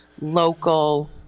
local